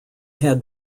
had